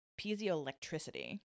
piezoelectricity